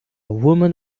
woman